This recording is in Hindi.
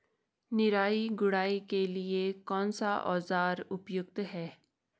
निराई गुड़ाई के लिए कौन सा औज़ार उपयुक्त है?